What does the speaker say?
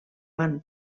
van